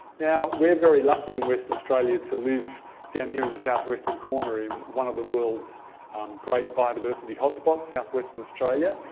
now, we're very lucky in western australia to live down here in the south-western corner in one of the world's great biodiversity hotspots, south-western australia,